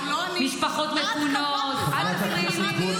משפחות מפונות --- את קבעת את הוועדה היום,